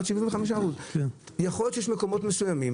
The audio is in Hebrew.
עד 75%. יכול להיות שיש מקומות מסוימים